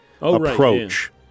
approach